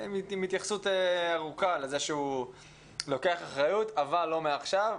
עם התייחסות ארוכה לזה שהוא לוקח אחריות אבל לא מעכשיו.